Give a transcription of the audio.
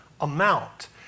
amount